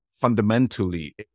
fundamentally